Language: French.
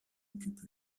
occupe